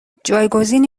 جایگزینی